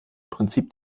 prinzip